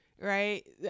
right